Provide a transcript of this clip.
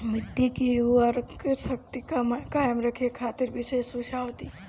मिट्टी के उर्वरा शक्ति कायम रखे खातिर विशेष सुझाव दी?